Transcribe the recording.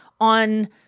on